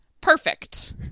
perfect